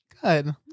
Good